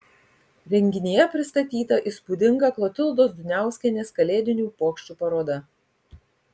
renginyje pristatyta įspūdinga klotildos duniauskienės kalėdinių puokščių paroda